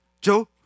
Joe